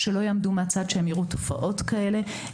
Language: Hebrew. שלא יעמדו מהצד כשיראו תופעות כאלה,